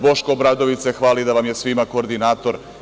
Boško Obradović se hvali da vam je svima koordinator.